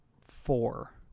four